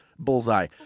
Bullseye